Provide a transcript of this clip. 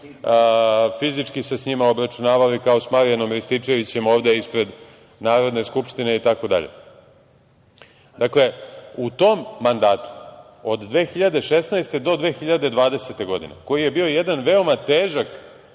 fizički se sa njima obračunavali, kao sa Marijanom Rističevićem ovde ispred Narodne skupštine itd, dakle, u tom mandatu, od 2016. do 2020. godine, koji je bio jedan veoma težak